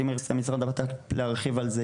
אם ירצה משרד הבט"ל להרחיב על זה,